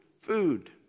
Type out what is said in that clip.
food